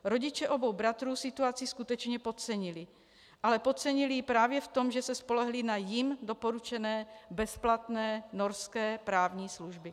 Rodiče obou bratrů situaci skutečně podcenili, ale podcenili ji právě v tom, že se spolehli na jim doporučené bezplatné norské právní služby.